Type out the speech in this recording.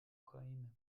ukraine